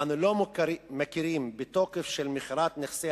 אנו לא מכירים בתוקף של מכירת נכסי